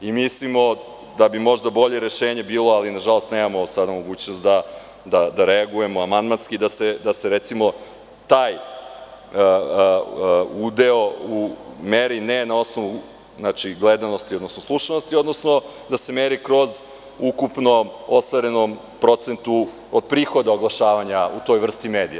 Mislim da bi možda bolje rešenje bilo, ali nažalost sada nemamo mogućnosti da reagujemo amandmanski da se recimo, taj udeo u meri ne na osnovu gledanosti, odnosno slušanosti, odnosno da se meri kroz ukupno ostvarenom procentu od prihoda oglašavanja u toj vrsti medija.